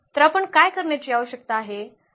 तर आपण काय करण्याची आवश्यकता आहे